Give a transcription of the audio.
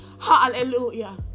Hallelujah